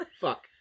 Fuck